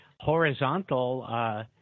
horizontal